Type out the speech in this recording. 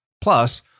Plus